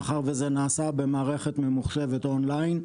מאחר וזה נעשה במערכת ממוחשבת אונליין.